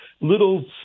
little